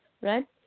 right